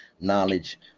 knowledge